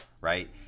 right